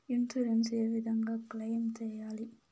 Insurance ఏ విధంగా claim సేయాలి?